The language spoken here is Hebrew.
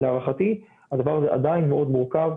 להערכתי, הדבר הזה עדיין מאוד מורכב.